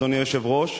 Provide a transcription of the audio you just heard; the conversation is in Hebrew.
אדוני היושב-ראש,